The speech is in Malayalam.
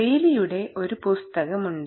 റെയ്ലിയുടെ ഒരു പുസ്തകമുണ്ട്